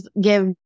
give